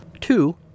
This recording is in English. Two